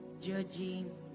judging